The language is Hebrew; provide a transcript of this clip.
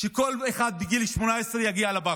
שכל אחד בגיל 18 יגיע לבקו"ם,